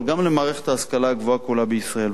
אבל גם למערכת ההשכלה הגבוהה כולה בישראל.